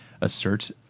assert